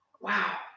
Wow